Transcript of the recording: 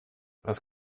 was